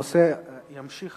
הנושא ימשיך